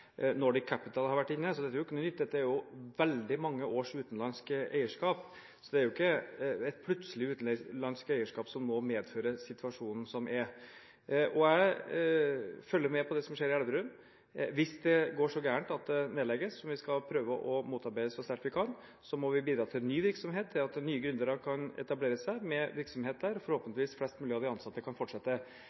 Capital har vært inne. Så dette er ikke noe nytt. Det er veldig mange års utenlandsk eierskap. Det er ikke plutselig et utenlandsk eierskap som nå medfører den situasjonen som er. Jeg følger med på det som skjer i Elverum. Hvis det går så galt at det nedlegges, som vi skal prøve å motarbeide så sterkt vi kan, må vi bidra til ny virksomhet ved at nye gründere kan etablere seg med virksomheter og forhåpentligvis flest mulig av de ansatte kan fortsette.